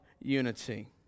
unity